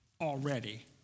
already